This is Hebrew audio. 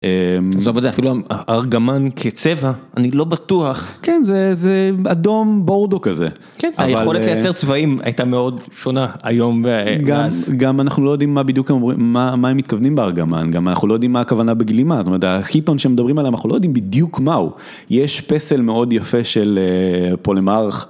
ארגמן כצבע? אני לא בטוח... כן, זה אדום בורדו כזה. כן, היכולת לייצר צבעים הייתה מאוד שונה, היום ואז. גם אנחנו לא יודעים מה בדיוק הם אומרים, מה הם מתכוונים בארגמן. גם אנחנו לא יודעים מה הכוונה בגלימה. זאת אומרת, הכיתון שהם מדברים עליהם, אנחנו לא יודעים בדיוק מהו. יש פסל מאוד יפה של פולמרך